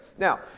Now